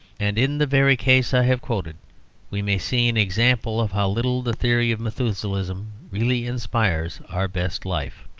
and in the very case i have quoted we may see an example of how little the theory of methuselahism really inspires our best life.